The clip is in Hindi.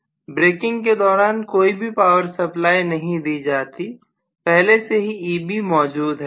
प्रोफेसर ब्रेकिंग के दौरान कोई भी पावर सप्लाई नहीं दी जाती पहले से ही Eb मौजूद है